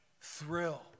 thrill